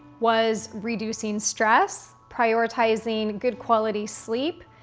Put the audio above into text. was reducing stress, prioritizing good quality sleep,